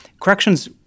Corrections